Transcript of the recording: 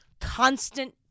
constant